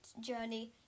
journey